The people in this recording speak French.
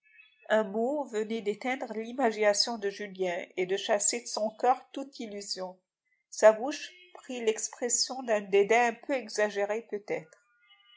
un mot venait d'éteindre l'imagination de julien et de chasser de son coeur toute illusion sa bouche prit l'expression d'un dédain un peu exagéré peut-être